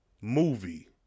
movie